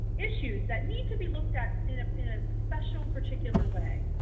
issues that need to be looked at in a special particular way.